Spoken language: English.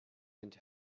into